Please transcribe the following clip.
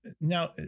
Now